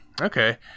Okay